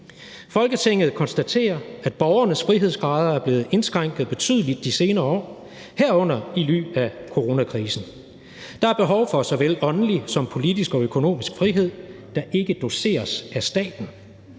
Folketinget konstaterer, at borgernes frihedsgrader er blevet indskrænket betydeligt de senere år, herunder i ly af coronakrisen. Der er behov for såvel åndelig som politisk og økonomisk frihed, der ikke doceres af staten.